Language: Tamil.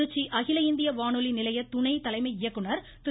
திருச்சி அகில இந்திய வானொலி நிலைய துணை தலைமை இயக்குநர் திரு